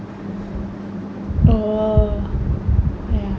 oh ya